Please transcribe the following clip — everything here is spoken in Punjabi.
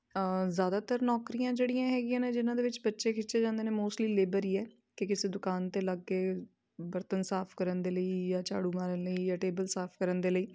ਜ਼ਿਆਦਾਤਰ ਨੌਕਰੀਆਂ ਜਿਹੜੀਆਂ ਹੈਗੀਆਂ ਨੇ ਜਿਨ੍ਹਾਂ ਦੇ ਵਿੱਚ ਬੱਚੇ ਖਿੱਚੇ ਜਾਂਦੇ ਨੇ ਮੋਸਟਲੀ ਲੇਬਰ ਹੀ ਹੈ ਕਿ ਕਿਸੇ ਦੁਕਾਨ 'ਤੇ ਲੱਗ ਗਏ ਬਰਤਨ ਸਾਫ਼ ਕਰਨ ਦੇ ਲਈ ਜਾਂ ਝਾੜੂ ਮਾਰਨ ਲਈ ਜਾ ਟੇਬਲ ਸਾਫ਼ ਕਰਨ ਦੇ ਲਈ